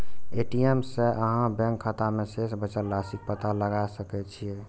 ATM सं अहां bank खाता मे शेष बचल राशिक पता लगा सकै छी